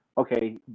okay